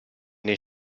nei